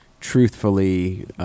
truthfully